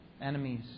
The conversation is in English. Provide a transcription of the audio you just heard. enemies